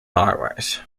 highways